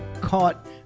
caught